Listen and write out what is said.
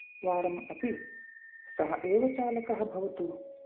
वारम् अपि सः एव चालकः भवतु